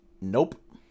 Nope